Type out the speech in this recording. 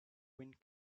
wind